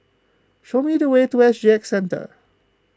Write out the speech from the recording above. show me the way to S G X Centre